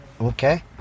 okay